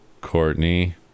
Courtney